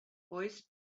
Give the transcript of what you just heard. hoist